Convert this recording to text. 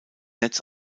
netz